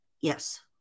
yes